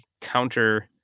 counter